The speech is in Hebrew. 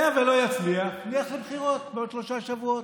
אם לא, נלך לבחירות בעוד שלושה שבועות.